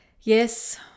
Yes